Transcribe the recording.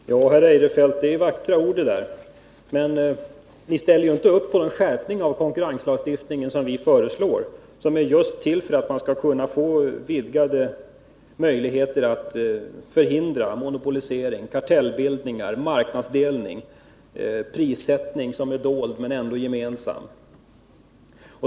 Herr talman! Ja, Christer Eirefelt, det är vackra ord det där, men ni ställer inte upp på den skärpning av konkurrenslagstiftningen som vi föreslår och som just är till för att man skall kunna få vidgade möjligheter att förhindra monopolisering, kartellbildningar, marknadsdelning samt en prissättning som är dold men ändå gemensam.